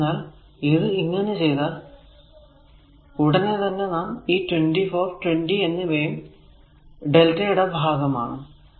എന്തെന്നാൽ ഇത് ഇങ്ങനെ ചെയ്താൽ ഉടനെ തന്നെ നാം ഈ 24 20 എന്നിവയും Δ യുടെ ഭാഗം ആണ്